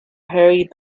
hurried